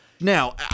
Now